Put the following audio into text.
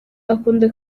akunda